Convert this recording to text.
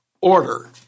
order